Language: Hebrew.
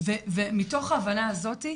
ומתוך ההבנה הזאתי,